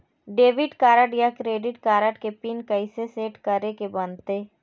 Debit card या credit card के PIN कइसे सेट करे के बनते?